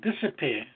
disappear